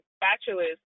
bachelor's